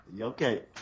okay